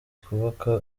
twubake